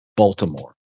Baltimore